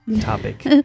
topic